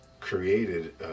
created